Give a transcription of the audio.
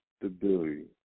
stability